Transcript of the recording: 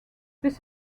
this